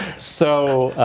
so.